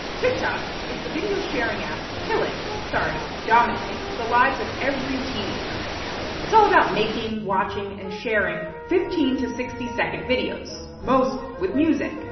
tiktok is the video sharing app killing, sorry, dominating the lives of every teenager right now. it's all about making, watching, and sharing fifteen to sixty second videos, most with music.